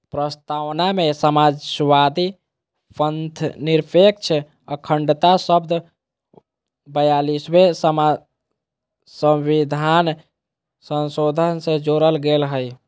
प्रस्तावना में समाजवादी, पथंनिरपेक्ष, अखण्डता शब्द ब्यालिसवें सविधान संशोधन से जोरल गेल हइ